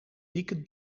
dikke